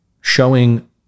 showing